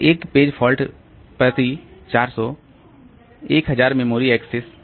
तो एक page fault प्रति 400 1000 मेमोरी एक्सेस